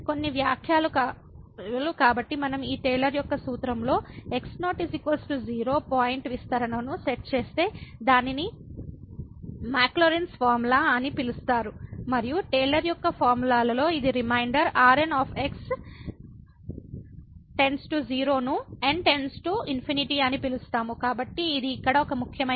కొన్ని వ్యాఖ్యలు కాబట్టి మనం ఈ టేలర్ యొక్క సూత్రంలో x0 0 పాయింట్ల విస్తరణను సెట్ చేస్తే దానిని మాక్లౌరిన్ ఫార్ములా Maclaurin's formula అని పిలుస్తారు మరియు టేలర్ యొక్క ఫార్ములాలో ఇది రిమైండర్ Rn →0 ను n →∞ అని పిలుస్తుంది కాబట్టి ఇది ఇక్కడ ఒక ముఖ్యమైన వ్యాఖ్య